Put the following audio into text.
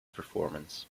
performance